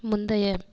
முந்தைய